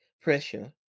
pressure